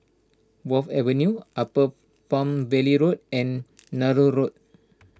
Wharf Avenue Upper Palm Valley Road and Nallur Road